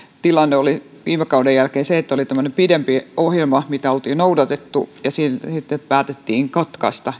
tilanne oli viime kauden jälkeen se että oli tämmöinen pidempi ohjelma mitä oltiin noudatettu ja se sitten päätettiin katkaista